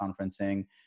conferencing